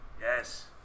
Yes